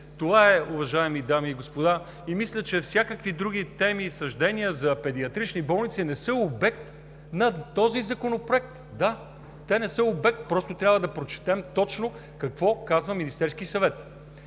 Това е, уважаеми дами и господа, и мисля, че всякакви други теми и съждения за педиатрични болници не са обект на този законопроект. Да, те не са обект, просто трябва да прочетем точно какво казва Министерският съвет.